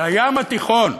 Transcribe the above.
הים התיכון.